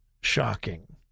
shocking